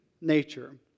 nature